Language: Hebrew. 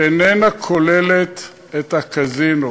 שאיננה כוללת את הקזינו.